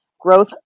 growth